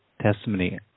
testimony